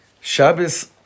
Shabbos